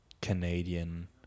Canadian